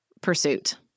pursuit